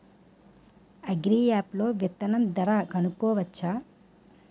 Agri app లో విత్తనం ధర కనుకోవచ్చా?